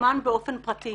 שמומן באופן פרטי